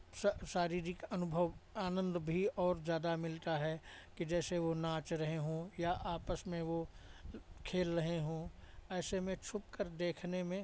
सा शारीरिक अनुभव आनंद भी और ज़्यादा मिलता है कि जैसे वो नाच रहे हों या आपस में वो खेल रहे हों ऐसे में छुपकर देखने में